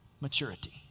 maturity